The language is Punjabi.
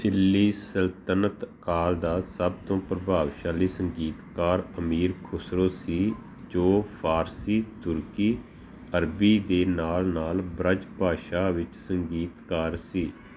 ਦਿੱਲੀ ਸਲਤਨਤ ਕਾਲ ਦਾ ਸਭ ਤੋਂ ਪ੍ਰਭਾਵਸ਼ਾਲੀ ਸੰਗੀਤਕਾਰ ਅਮੀਰ ਖੁਸਰੋ ਸੀ ਜੋ ਫ਼ਾਰਸੀ ਤੁਰਕੀ ਅਰਬੀ ਦੇ ਨਾਲ ਨਾਲ ਬ੍ਰਜ ਭਾਸ਼ਾ ਵਿੱਚ ਸੰਗੀਤਕਾਰ ਸੀ